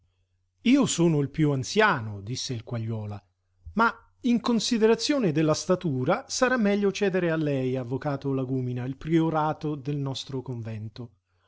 io sono il piú anziano disse il quagliola ma in considerazione della statura sarà meglio cedere a lei avvocato lagúmina il priorato del nostro convento